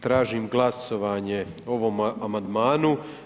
tražim glasovanje o ovom amandmanu.